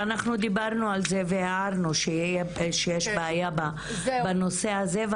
דיברנו על זה והערנו שיש בעיה בנושא הזה,